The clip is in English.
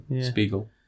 Spiegel